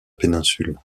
péninsule